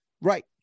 Right